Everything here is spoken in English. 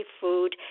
food